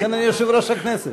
לכן אני יושב-ראש הכנסת.